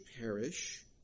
perish